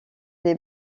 des